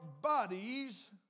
bodies